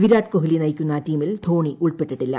വിരാട്കോഹ്ലി നയിക്കുന്ന ടീമിൽ ധോണി ഉൾപ്പെട്ടിട്ടില്ല